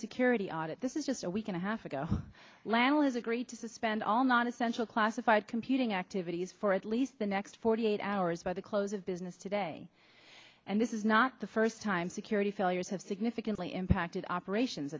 security audit this is just a week and a half ago lanolin has agreed to suspend all non essential classified computing activities for at least the next forty eight hours by the close of business today and this is not the first time security failures have significantly impacted operations